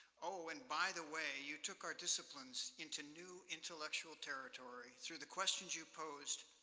oh, and by the way, you took our disciplines into new intellectual territory through the questions you posed,